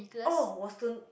oh was tun~